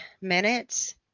minutes